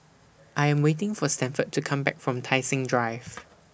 I Am waiting For Stanford to Come Back from Tai Seng Drive